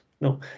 No